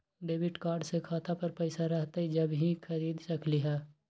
Debit card से खाता पर पैसा रहतई जब ही खरीद सकली ह?